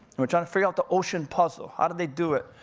and we're trying to figure out the ocean puzzle. how did they do it,